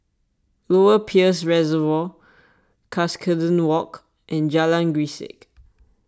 Lower Peirce Reservoir Cuscaden Walk and Jalan Grisek